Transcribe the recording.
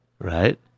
Right